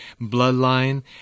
bloodline